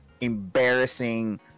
embarrassing